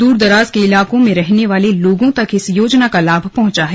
दूरदराज के इलाकों में रहने वाले लोगों तक इस योजना का लाभ पहुंचा है